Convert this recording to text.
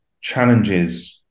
challenges